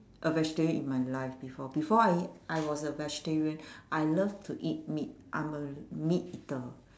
a vegetarian in my life before before I I was a vegetarian I love to eat meat I'm a meat eater